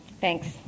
Thanks